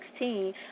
2016